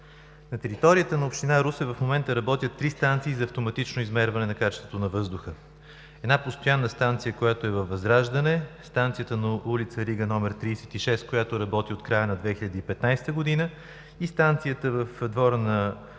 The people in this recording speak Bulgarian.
На територията на община Русе в момента работят три станции за автоматично измерване на качеството на въздуха: една постоянна станция, която е във „Възраждане“, станцията на улица „Рига“ № 36, която работи от края на 2015 г., и станцията в двора на